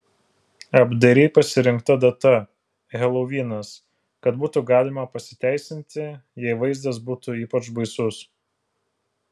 apdairiai pasirinkta data helovinas kad būtų galima pasiteisinti jei vaizdas būtų ypač baisus